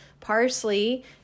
Parsley